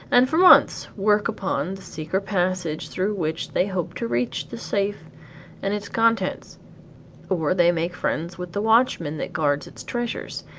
and for months work upon the secret passage through which they hope to reach the safe and its contents or they make friends with the watchman that guards its treasures,